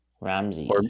Ramsey